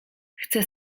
chcę